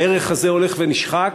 הערך הזה הולך ונשחק,